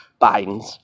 Bidens